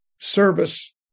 Service